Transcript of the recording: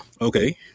okay